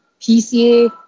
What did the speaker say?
PCA